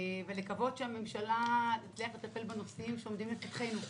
ולקוות שהממשלה תצליח לטפל בנושאים שעומדים לפתחנו.